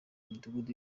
midugudu